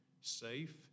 safe